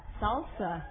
salsa